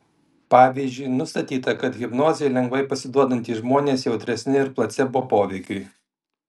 pavyzdžiui nustatyta kad hipnozei lengvai pasiduodantys žmonės jautresni ir placebo poveikiui